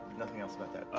nothing else about that.